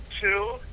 two